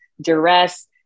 duress